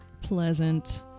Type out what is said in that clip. pleasant